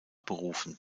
berufen